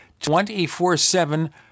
24-7